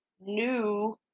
new